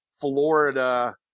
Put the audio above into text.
Florida